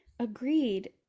agreed